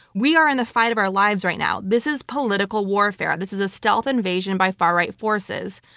we are in the fight of our lives right now. this is political warfare. this is a stealth invasion by far right forces.